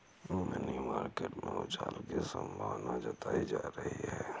money market में उछाल की संभावना जताई जा रही है